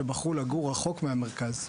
שבחרו לגור רחוק מהמרכז.